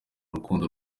rukundo